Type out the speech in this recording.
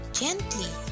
gently